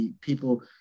People